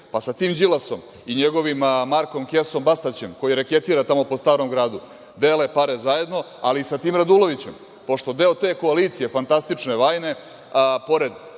Pa, sa tim Đilasom i njegovim Markom kesom Bastaćem, koji reketira tamo po Starom gradu, dele pare zajedno, ali i sa tim Radulovićem, pošto deo te koalicije, fantastične, vajne,